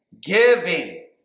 giving